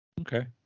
Okay